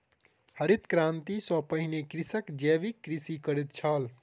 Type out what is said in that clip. हरित क्रांति सॅ पहिने कृषक जैविक कृषि करैत छल